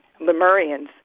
Lemurians